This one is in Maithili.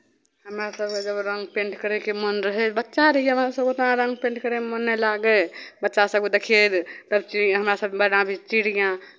हमरा सभके जब रङ्ग पेंट करयके मोन रहै बच्चा रहियै हमरासभ उतना रङ्ग पेंट करयमे मोन नहि लागय बच्चा सभकेँ देखियै जे तब चिड़ हमरासभ बनाबी चिड़ियाँ